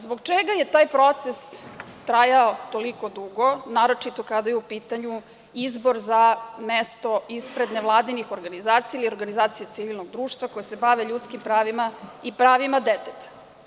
Zbog čega je taj proces trajao toliko dugo, naročito kada je u pitanju izbor za mesto ispred nevladinih organizacija ili organizacija civilnog društva koje se bave ljudskim pravima i pravima deteta?